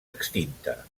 extinta